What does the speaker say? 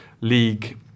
league